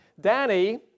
Danny